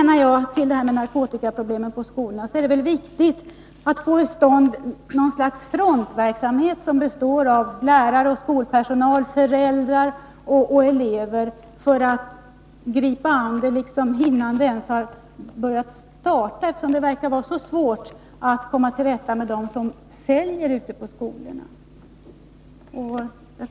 När det gäller narkotikaproblemen på skolorna är det väl viktigt att få till stånd något slags frontverksamhet, som består av lärare, skolpersonal, föräldrar och elever, för att angripa problemen innan de ens har uppkommit, eftersom det tycks vara så svårt att komma till rätta med dem som säljer narkotika på skolorna.